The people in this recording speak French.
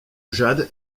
jade